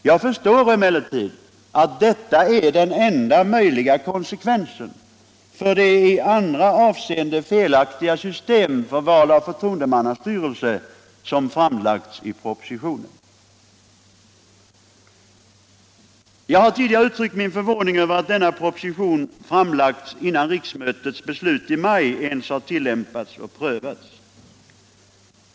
Jag förstår emellertid att det är den enda möjliga konsekvensen av det även i andra avseenden felaktiga system för val av förtroendemannastyrelse som föreslagits i propositonen. Jag har tidigare uttryckt min förvåning över att denna proposition framlagts innan riksdagens beslut i maj ens har tillämpats och prövats.